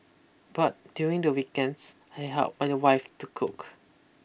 but during the weekends I help my wife to cook